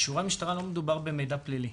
באישורי המשטרה לא מדובר במידע פלילי.